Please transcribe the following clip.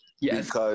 Yes